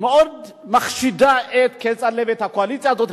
שמאוד מחשידה את כצל'ה ואת הקואליציה הזאת,